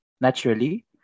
Naturally